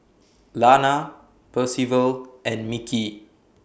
Lana Percival and Mickie